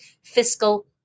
fiscal